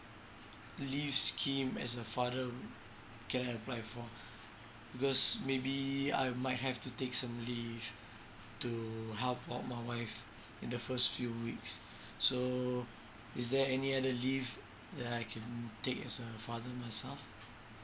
leave scheme as a father can I apply for because maybe I might have to take some leave to help out my wife in the first few weeks so is there any other leave that I can take as a father myself